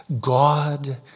God